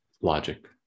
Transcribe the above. logic